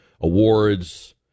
awards